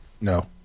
No